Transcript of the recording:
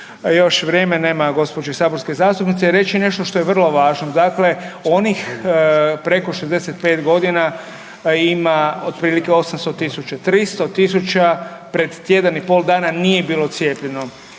još vrijeme nema gospođe saborske zastupnice i reći nešto što je vrlo važno. Dakle, onih preko 65 godina ima otprilike 800.000, 300.000 pred tjedan i pol dana nije bilo cijepljeno.